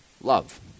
love